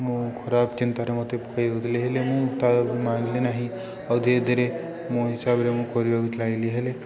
ମୁଁ ଖରାପ ଚିନ୍ତାରେ ମୋତେ ପକାଇଦଉଥିଲେ ହେଲେ ମୁଁ ତା ମାନିଲି ନାହିଁ ଆଉ ଧୀରେ ଧୀରେ ମୋ ହିସାବରେ ମୁଁ କରିବାକୁ ଲାଗିଲି ହେଲେ